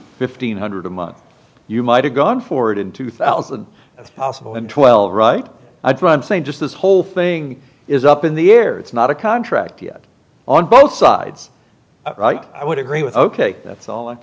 fifteen hundred a month you might have gone forward in two thousand that's possible and twelve right i've been saying just this whole thing is up in the air it's not a contract yet on both sides right i would agree with ok that's all